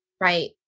Right